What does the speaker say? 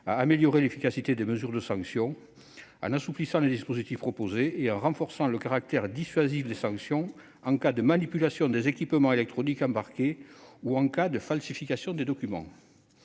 à améliorer l'efficacité des mesures de sanction en assouplissant le dispositif proposé et en renforçant le caractère dissuasif des sanctions en cas de manipulation des équipements électroniques embarqués ou de falsification de documents.